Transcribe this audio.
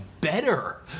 better